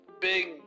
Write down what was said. big